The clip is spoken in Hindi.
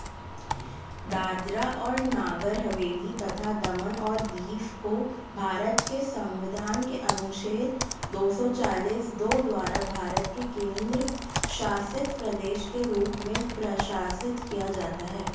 दादरा और नागर हवेली तथा दमन और दीव को भारत के संविधान के अनुच्छेद दो सौ चालीस दो द्वारा भारत के केंद्र शासित प्रदेश के रूप में प्रशासित किया जाता है